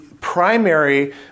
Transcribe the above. primary